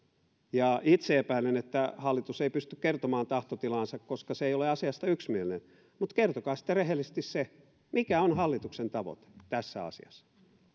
ja itse epäilen että hallitus ei pysty kertomaan tahtotilaansa koska se ei ole asiasta yksimielinen mutta kertokaa sitten rehellisesti se mikä on hallituksen tavoite tässä asiassa